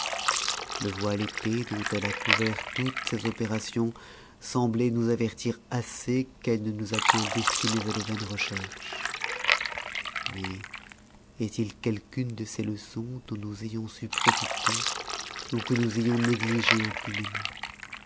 le voile épais dont elle a couvert tout ses opérations sembloit nous avertir assez qu'elle ne nous a point destinés à de vaines recherches mais est-il quelqu'une de ses leçons dont nous ayons su profiter ou que nous ayons négligée impunément